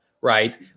right